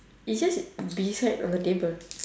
it's just beside on the table